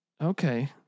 okay